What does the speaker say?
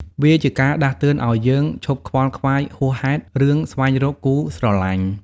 វាជាការដាស់តឿនឱ្យយើងឈប់ខ្វល់ខ្វាយហួសហេតុ រឿងស្វែងរកគូស្រឡាញ់។